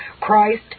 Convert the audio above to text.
Christ